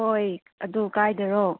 ꯍꯣꯏ ꯑꯗꯨ ꯀꯥꯏꯗꯅꯣ